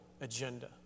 agenda